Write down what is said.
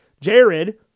Jared